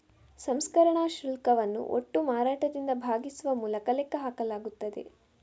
ಸಂಸ್ಕರಣಾ ಶುಲ್ಕವನ್ನು ಒಟ್ಟು ಮಾರಾಟದಿಂದ ಭಾಗಿಸುವ ಮೂಲಕ ಲೆಕ್ಕ ಹಾಕಲಾಗುತ್ತದೆ